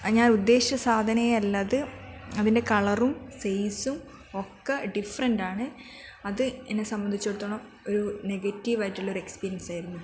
ഞാൻ ഉദ്ദേശിച്ച സാധനമേ അല്ല അത് ആ പിന്നെ കളറും സൈസും ഒക്കെ ഡിഫറെന്റ് ആണ് അത് എന്നെ സംബന്ധിച്ചെടുത്തോളം ഒരു നെഗറ്റീവ് ആയിട്ടുള്ള ഒരു എക്സ്പീരിയൻസ് ആയിരുന്നു